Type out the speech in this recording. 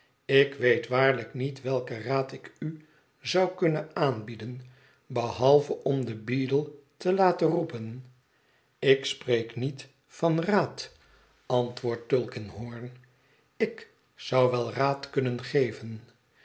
ik weet waarlijk niet welken raad ik u zou kunnen aanbieden behalve om den beadle te laten roepen ik spreek niet van raad antwoordt tulkinghorn i k zou wel raad kunnen geven